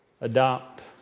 Adopt